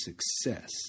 success